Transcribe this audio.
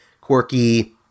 quirky